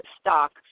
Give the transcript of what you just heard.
stock